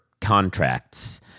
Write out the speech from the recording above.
contracts